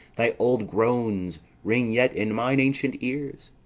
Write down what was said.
thy old groans ring yet in mine ancient ears.